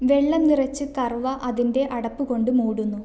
വെള്ളം നിറച്ച് കർവ്വ അതിൻ്റെ അടപ്പ് കൊണ്ട് മൂടുന്നു